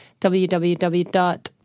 www